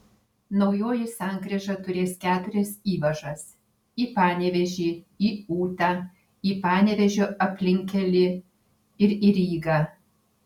naujoji sankryža turės keturias įvažas į panevėžį į ūtą į panevėžio aplinkkelį ir į rygą